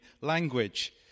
language